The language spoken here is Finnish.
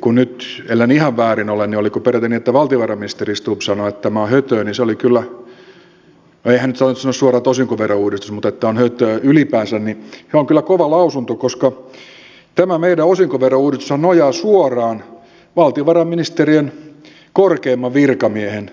kun nyt ellen ihan väärässä ole niin oliko peräti niin että valtiovarainministeri stubb sanoi että tämä on höttöä no ei hän nyt sanonut suoraan että osinkoverouudistus mutta että tämä on höttöä ylipäänsä niin se on kyllä kova lausunto koska tämä meidän osinkoverouudistuksemmehan nojaa suoraan valtiovarainministeriön korkeimman virkamiehen